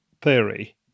theory